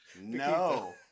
No